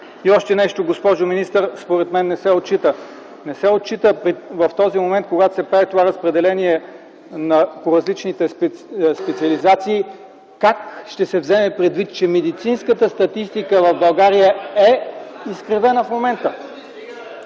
И още нещо, госпожо министър, според мен не се отчита. Не се отчита в този момент, когато се прави това разпределение по различните специализации как ще се вземе предвид, че медицинската статистика в България е изкривена в момента.